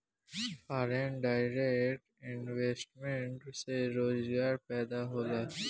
foreign direct investment से रोजगार पैदा होला